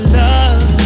love